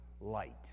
light